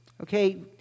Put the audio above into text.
Okay